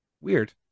weird